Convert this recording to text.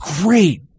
great